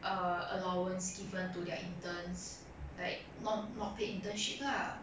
err allowance given to their interns like not not paid internship lah